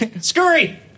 Scurry